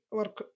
work